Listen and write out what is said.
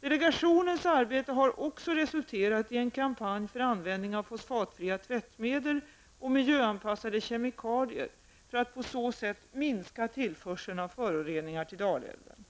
Delegationens arbete har också resulterat i en kampanj för användning av fosfatfria tvättmedel och miljöanpassade kemikalier för att på så sätt minska tillförseln av föroreningar till Dalälven.